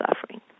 suffering